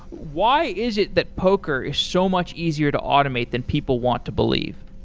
why is it that poker is so much easier to automate than people want to believe?